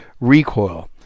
recoil